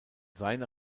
seiner